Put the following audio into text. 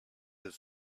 his